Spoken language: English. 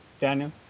Daniel